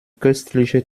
köstliche